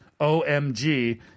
OMG